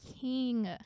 King